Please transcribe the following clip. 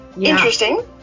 Interesting